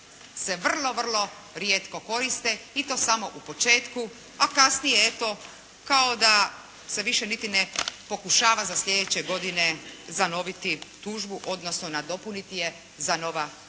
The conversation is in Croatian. se vrlo rijetko koriste i to samo u početku a kasnije eto kao da se više niti ne pokušava za slijedeće godine zanoviti tužbu odnosno nadopuniti je za nova potraživanja.